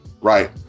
Right